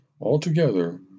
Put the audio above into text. Altogether